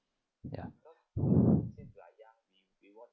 ya